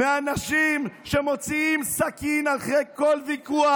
מאנשים שמוציאים סכין אחרי כל ויכוח.